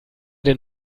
den